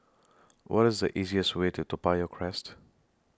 What IS The easiest Way to Toa Payoh Crest